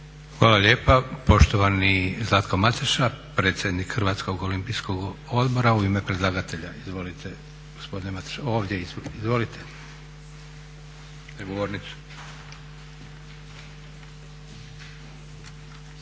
Hvala lijepa. Poštovani Zlatko Mateša, predsjednik Hrvatskog olimpijskog odbora u ime predlagatelja. Izvolite gospodine Mateša, za govornicu.